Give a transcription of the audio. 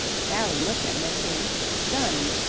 sally looked at miss winch, stunned.